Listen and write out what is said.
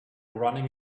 running